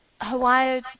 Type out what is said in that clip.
Hawaii